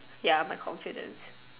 ya my confidence